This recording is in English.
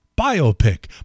biopic